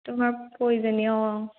তোমাৰ প্ৰয়োজনীয় অঁ অঁ